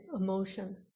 emotion